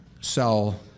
sell